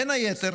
בין היתר